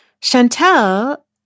Chantal